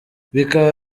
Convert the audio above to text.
bikaba